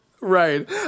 Right